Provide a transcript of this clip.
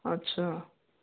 अच्छा